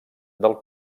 del